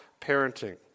parenting